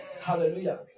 Hallelujah